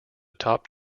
top